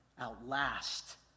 outlast